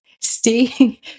stay